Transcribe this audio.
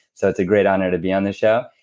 so it's a great honor to be on this show.